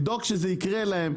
לדאוג שזה יקרה להם,